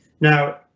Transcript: Now